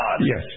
Yes